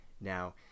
Now